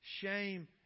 shame